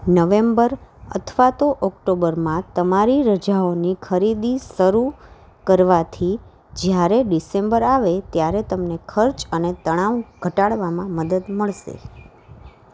November અથવા તો ઓક્ટોબરમાં તમારી રજાઓની ખરીદી શરૂ કરવાથી જ્યારે ડિસેમ્બર આવે ત્યારે તમને ખર્ચ અને તણાવ ઘટાડવામાં મદદ મળશે